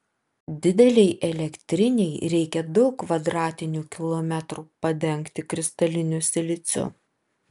didelei elektrinei reikia daug kvadratinių kilometrų padengti kristaliniu siliciu